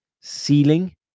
ceiling